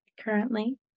currently